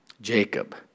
Jacob